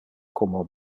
como